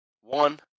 one